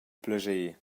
plascher